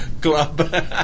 Club